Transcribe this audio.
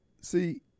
see